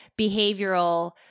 behavioral